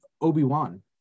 Obi-Wan